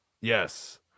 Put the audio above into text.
Yes